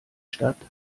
statt